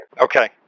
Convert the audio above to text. Okay